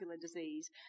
disease